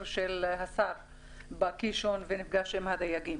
של השר בקישון והוא נפגש עם הדייגים,